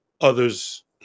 others